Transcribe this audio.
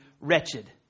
wretched